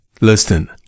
Listen